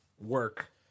work